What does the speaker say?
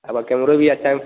एमा कैमरऊ भी अच्छा है